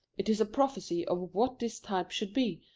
it is a prophecy of what this type should be,